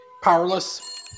Powerless